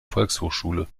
volkshochschule